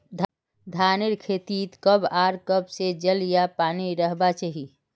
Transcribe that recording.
धानेर खेतीत कब आर कब से जल या पानी रहबा चही?